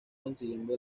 consiguiendo